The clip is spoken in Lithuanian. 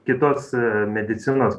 kitos medicinos